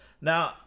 Now